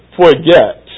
forget